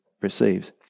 receives